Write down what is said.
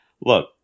look